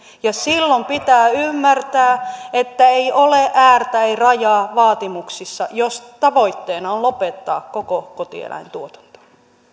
ja silloin pitää ymmärtää että ei ole äärtä ei rajaa vaatimuksissa jos tavoitteena on lopettaa koko kotieläintuotanto